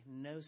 no